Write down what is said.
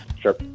Sure